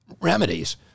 remedies